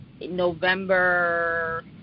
November